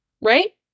right